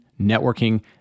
networking